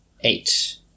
Eight